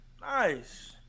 Nice